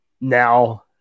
now